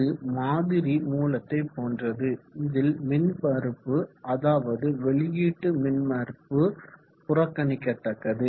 இது மாதிரி மூலத்தை போன்றது இதில் மின்மறுப்பு அதாவது வெளியீட்டு மின் மறுப்பு புறக்கணிக்கதக்கது